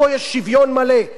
כי אין שוויון מלא,